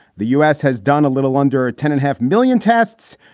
the u s. has done a little under ten and half million tests.